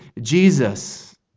Jesus